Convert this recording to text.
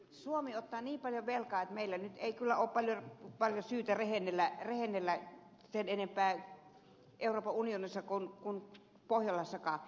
suomi ottaa niin paljon velkaa että meillä ei nyt kyllä ole paljon syytä rehennellä sen enempää euroopan unionissa kuin pohjolassakaan